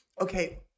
okay